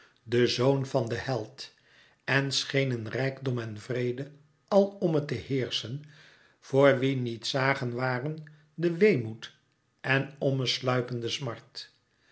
de zoon van den held en schenen rijkdom en vrede alomme te heerschen voor wie niet zagen waren den weemoed en omme sluipen de smart